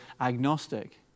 agnostic